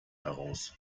heraus